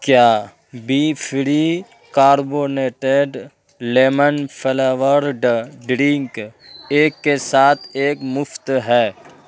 کیا بی free carbonated lemon flavoured drink ایک کے ساتھ ایک مفت ہے